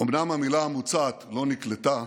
אומנם המילה המוצעת לא נקלטה,